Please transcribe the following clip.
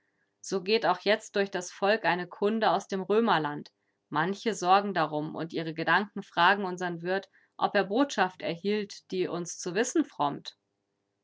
so geht auch jetzt durch das volk eine kunde aus dem römerland manche sorgen darum und ihre gedanken fragen unsern wirt ob er botschaft erhielt die uns zu wissen frommt